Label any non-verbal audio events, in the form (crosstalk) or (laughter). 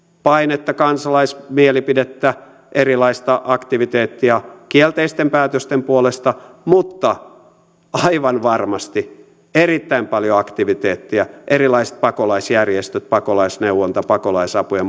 painetta kansalaismielipidettä erilaista aktiviteettia kielteisten päätösten puolesta mutta aivan varmasti erittäin paljon aktiviteettia erilaiset pakolaisjärjestöt pakolaisneuvonta pakolaisapu ja (unintelligible)